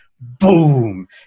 Boom